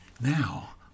Now